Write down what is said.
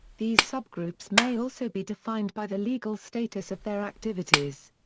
these subgroups may also be defined by the legal status of their activities.